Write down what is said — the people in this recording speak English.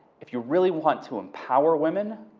if you really want to empower women,